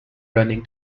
running